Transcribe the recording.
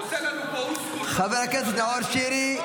--- עושה לנו פה "אוסקוט" --- חבר הכנסת נאור שירי,